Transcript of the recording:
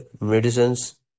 medicines